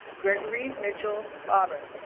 gregory mitchell faber